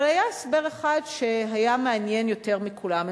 אבל היה הסבר אחד שהיה מעניין יותר מכולם.